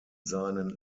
seinen